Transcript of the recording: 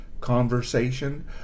conversation